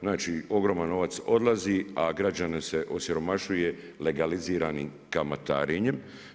Znači ogroman novac odlazi, a građane se osiromašuje, legaliziranim kamatarenjem.